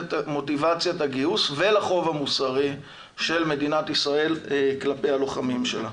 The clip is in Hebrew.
למוטיבציית הגיוס ולחוב המוסרי של מדינת ישראל כלפי הלוחמים שלה.